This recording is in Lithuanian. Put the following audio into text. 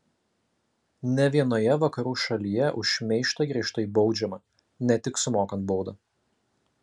ne vienoje vakarų šalyje už šmeižtą griežtai baudžiama ne tik sumokant baudą